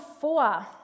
four